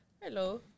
hello